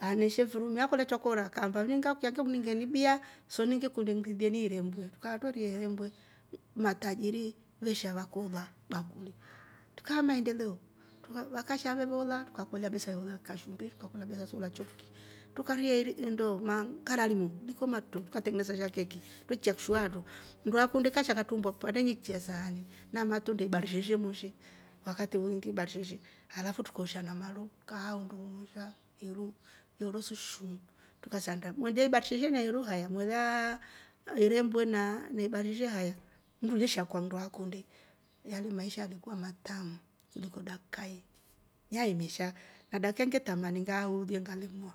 Aneshe mfuru humu nakolya twakora iningaamba ngekuniingeni bia so ngekundi ngikuriieni irembwe trukava tweria irembwe matajari veesha vakoola bakuri, truka maaendeleo vakasha vaveeola trukakolya besa ye oola kashumbi ngakolya kabesa sechoola choki tukaria nndo maangararimo truu trukatengenesa sha keki twekikya kshu haatro mndu akundi akasha akatrumbua kipande kipande akaikyaa sahanini na matrunda ibarisheshe moshi wakati woungi ibarisheshe alafu trukoosha na maru ikaaa uundung'uusha iru su shum trukasanda, ila ibarisheshe na iru hay mwelyaa irembwe na na ibarisheshe haya mndu e shakua nndo akunda yan maisha yalikua matamu kuliko dakika yi yae mesha na dakikayi nge tamani ngaaulye ngalemwa